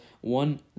one